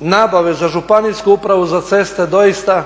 nabave za županijsku upravu za ceste doista